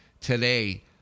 today